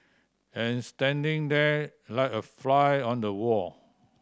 and standing there like a fly on the wall